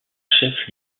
chef